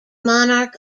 monarch